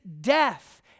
death